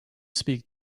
speak